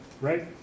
Right